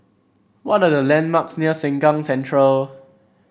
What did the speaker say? what are the landmarks near Sengkang Central